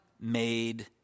made